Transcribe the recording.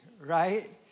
Right